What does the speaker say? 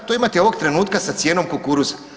To imate ovog trenutka sa cijenom kukuruza.